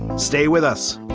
stay with us